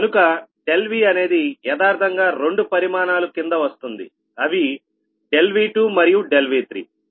కనుక Vఅనేది యదార్ధంగా రెండు పరిమాణాలు కింద వస్తుంది అవి V2 మరియు V3